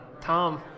Tom